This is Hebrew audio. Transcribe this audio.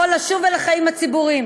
יכול לשוב אל החיים הציבוריים,